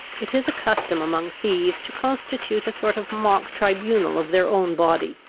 it is a custom among thieves to constitute a sort of mock tribunal of their own body,